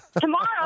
Tomorrow